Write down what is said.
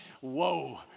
Whoa